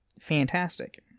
fantastic